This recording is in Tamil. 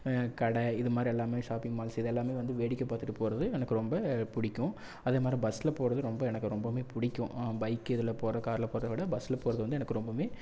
கடை இது மாதிரி எல்லாம் ஷாப்பிங் மால்ஸ் இது எல்லாம் வந்து வேடிக்கை பாத்துகிட்டு போகிறது எனக்கு ரொம்ப பிடிக்கும் அதே மாதிரி பஸ்ஸில் போகிறது ரொம்ப எனக்கு ரொம்பவும் பிடிக்கும் பைக் இதில் போறத காரில் போகிறத விட பஸ்ஸில் போகிறது வந்து எனக்கு ரொம்பவும்